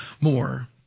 more